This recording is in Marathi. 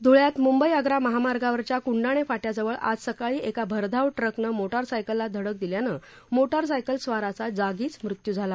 ध्ळ्यात मुंबई आग्रा महामार्गावरच्या कुंडाणे फाट्याजवळ आज सकाळी एका भरधाव ट्रकनं मोटर सायकलला धडक दिल्यानं मोटर सायकलस्वाराचा जागीच मृत्यू झाला